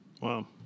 Wow